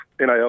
NIL